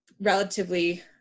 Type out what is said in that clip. relatively